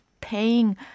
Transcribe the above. paying